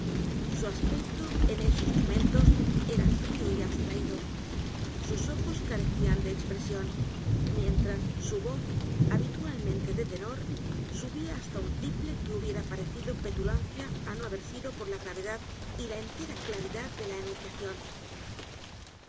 su aspecto en esos momentos era frío y a b s t r a í d o sus ojos carecían de expresión mientras su voz habitualmente de tenor subía hasta un tiple que hubiera parecido petulancia á no haber sido por la gravedad y la entera claridad de la enunciación